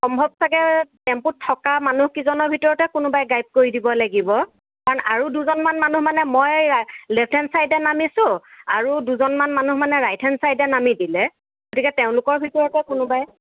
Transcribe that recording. সম্ভৱ চাগে টেম্পুত থকা মানুহ কেইজনৰ ভিতৰতে কোনোবাই গাইব কৰি দিব লাগিব কাৰণ আৰু দুজনমান মানুহ মানে মই লেফত হেণ্ড চাইডে নামিছোঁ আৰু দুজনমান মানুহ মানে ৰাইট হেণ্ড চাইডে নামি দিলে গতিকে তেওঁলোকৰ ভিতৰৰ পৰা কোনোবাই